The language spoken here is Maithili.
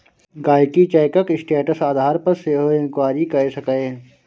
गांहिकी चैकक स्टेटस आधार पर सेहो इंक्वायरी कए सकैए